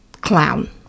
clown